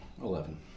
Eleven